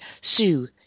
sue